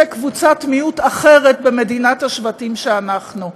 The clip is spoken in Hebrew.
קבוצת מיעוט אחרת במדינת השבטים שאנחנו,